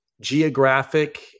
geographic